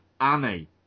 Annie